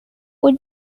would